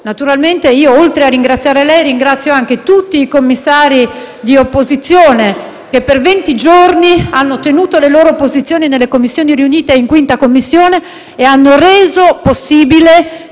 Naturalmente, oltre a ringraziare lei, ringrazio anche tutti i commissari di opposizione che per venti giorni hanno mantenuto le loro posizioni nelle Commissioni riunite e in Commissione bilancio e hanno reso possibile